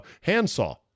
handsaw